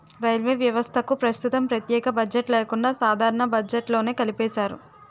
railway వ్యవస్థకు ప్రస్తుతం ప్రత్యేక బడ్జెట్ లేకుండా సాధారణ బడ్జెట్లోనే కలిపేశారు